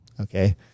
okay